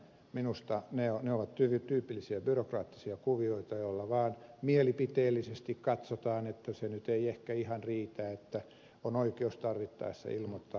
minusta ne ovat tyypillisiä byrokraattisia kuvioita joilla vaan mielipiteellisesti katsotaan että se nyt ei ehkä ihan riitä että on oikeus tarvittaessa ilmoittaa